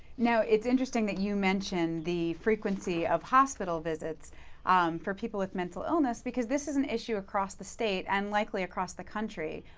now, it's interesting that you mentioned the frequency of hospital visits for people with mental illness, because this is an issue across the state and likely across the country.